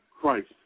Christ